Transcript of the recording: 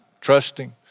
trusting